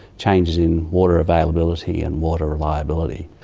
changes in water availability and water reliability.